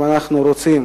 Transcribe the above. אם אנחנו רוצים